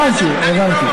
הבנתי, הבנתי.